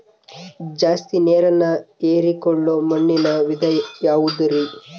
ಜಾಸ್ತಿ ನೇರನ್ನ ಹೇರಿಕೊಳ್ಳೊ ಮಣ್ಣಿನ ವಿಧ ಯಾವುದುರಿ?